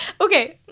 okay